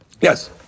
Yes